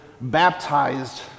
baptized